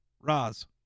Raz